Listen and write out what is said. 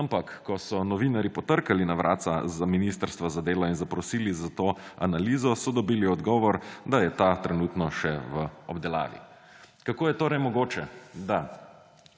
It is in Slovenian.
Ampak ko so novinarji potrkali na vratca ministrstva za delo in zaprosili za to analizo, so dobili odgovor, da je ta trenutno še v obdelavi. Kako je torej mogoče, da